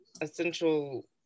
essential